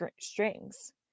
strings